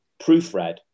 proofread